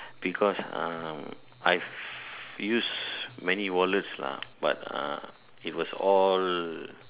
because uh I've used many wallets lah but ah it was all